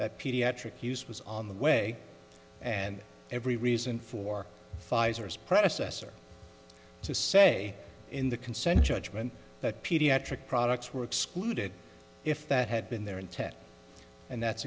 that pediatric use was on the way and every reason for pfizer's predecessor to say in the consent judgment that pediatric products were excluded if that had been their intent and that's